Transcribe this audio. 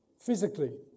physically